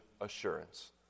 assurance